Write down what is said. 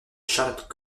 charlotte